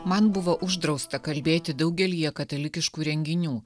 man buvo uždrausta kalbėti daugelyje katalikiškų renginių